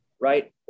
Right